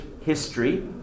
history